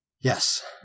Yes